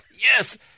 Yes